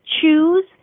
choose